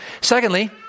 Secondly